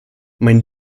mein